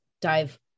dive